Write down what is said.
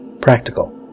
Practical